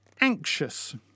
Anxious